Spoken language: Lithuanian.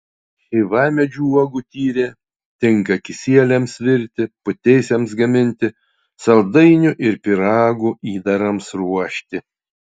šeivamedžių uogų tyrė tinka kisieliams virti putėsiams gaminti saldainių ir pyragų įdarams ruošti